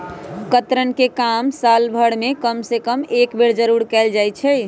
कतरन के काम साल भर में कम से कम एक बेर जरूर कयल जाई छै